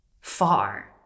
far